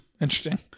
interesting